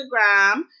instagram